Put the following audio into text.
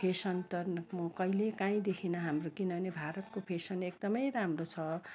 म कहिले काहीँ देखिनँ हाम्रो किनभने भारतको फेसन एकदम राम्रो छ